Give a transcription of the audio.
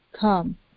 come